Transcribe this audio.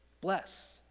Bless